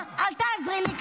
--- אל תעזרי לי.